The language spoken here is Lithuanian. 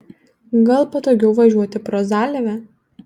gal patogiau važiuoti pro zalvę